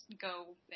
go